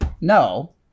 No